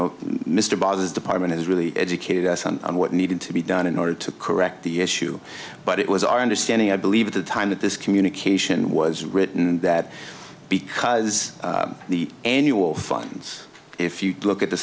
know mr baez's department has really educated us on what needed to be done in order to correct the issue but it was our understanding i believe at the time that this communication was written and that because the annual funds if you look at the